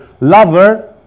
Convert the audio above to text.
lover